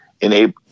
enable